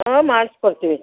ಹಾಂ ಮಾಡ್ಸಿಕೊಡ್ತಿವಿ